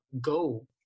go